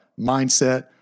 mindset